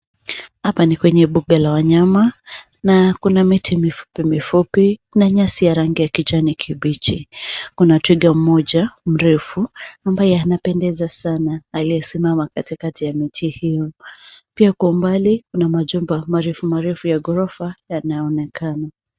Hapa ni kwenye mbuga la wanyama na kuna miti mifupi mifupi na nyasi ya rangi ya kijani kibichi .Kuna twiga mmoja mrefu ambaye anapendeza sana aliyesimama kati kati ya miti hio, pia kwa umbali kuna majumba marefu marefu ya ghorofa yanayonekana.